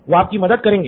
वो आपकी मदद करेंगे